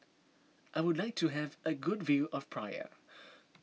I would like to have a good view of Praia